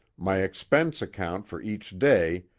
my expense account for each day,